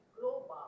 global